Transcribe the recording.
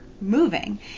moving